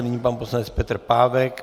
Nyní pan poslanec Petr Pávek.